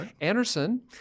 Anderson